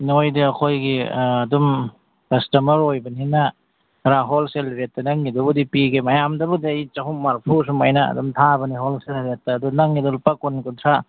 ꯅꯣꯏꯗ ꯑꯩꯈꯣꯏꯒꯤ ꯑꯗꯨꯝ ꯀꯁꯇꯃꯔ ꯑꯣꯏꯕꯅꯤꯅ ꯈꯔ ꯍꯣꯜꯁꯦꯜ ꯔꯦꯠꯇ ꯅꯪꯒꯤꯗꯨꯕꯨꯗꯤ ꯄꯤꯒꯦ ꯃꯌꯥꯝꯗꯕꯨꯗꯤ ꯑꯩ ꯆꯍꯨꯝ ꯃꯔꯐꯨ ꯁꯨꯃꯥꯏꯅ ꯑꯗꯨꯝ ꯊꯥꯕꯅꯤ ꯍꯣꯜꯁꯦꯜ ꯔꯦꯠꯇ ꯑꯗꯨ ꯅꯪꯒꯤꯗꯣ ꯂꯨꯄꯥ ꯀꯨꯟ ꯀꯨꯟꯊ꯭ꯔꯥ